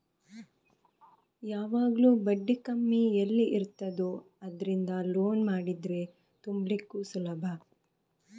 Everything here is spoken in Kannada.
ಯಾವಾಗ್ಲೂ ಬಡ್ಡಿ ಕಮ್ಮಿ ಎಲ್ಲಿ ಇರ್ತದೋ ಅದ್ರಿಂದ ಲೋನ್ ಮಾಡಿದ್ರೆ ತುಂಬ್ಲಿಕ್ಕು ಸುಲಭ